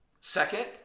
Second